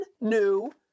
new